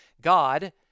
God